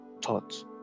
taught